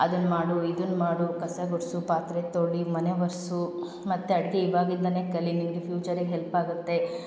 ಅದನ್ನು ಮಾಡು ಇದನ್ನು ಮಾಡು ಕಸ ಗುಡಿಸು ಪಾತ್ರೆ ತೊಳಿ ಮನೆ ಒರೆಸು ಮತ್ತು ಅಡುಗೆ ಇವಾಗಿಂದಲೇ ಕಲಿ ನಿನಗೆ ಫ್ಯೂಚರಿಗೆ ಹೆಲ್ಪಾಗುತ್ತೆ